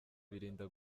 birinda